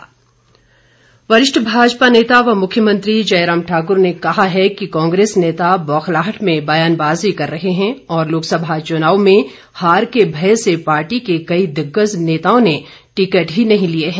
जयराम वरिष्ठ भाजपा नेता व मुख्यमंत्री जयराम ठाक्र ने कहा है कि कांग्रेस नेता बौखलाहट में बयानबाजी कर रहे हैं और लोकसभा चुनाव में हार के भय से पार्टी के कई दिग्गज नेताओं ने टिकट ही नहीं लिए हैं